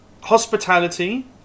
hospitality